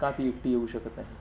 का ती एकटी येऊ शकत नाही